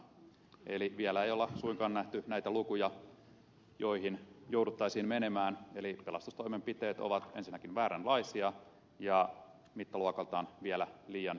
eli vielä ei ole suinkaan nähty näitä lukuja joihin jouduttaisiin menemään eli pelastustoimenpiteet ovat ensinnäkin vääränlaisia ja mittaluokaltaan vielä liian pieniä